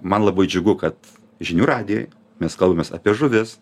man labai džiugu kad žinių radijuj mes kalbamės apie žuvis